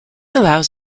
allows